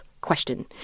question